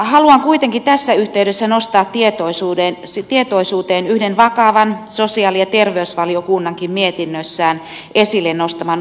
haluan kuitenkin tässä yhteydessä nostaa tietoisuuteen yhden vakavan sosiaali ja terveysvaliokunnankin mietinnössään esille nostaman ongelman